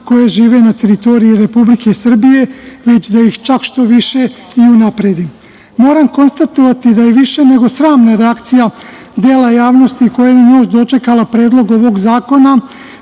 koje žive na teritoriji Republike Srbije, već da ih, čak šta više i unapredi. Moram konstatovati da više nego sramno da akcija dela javnosti, koja je na nož dočekala predlog ovog zakona,